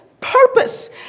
purpose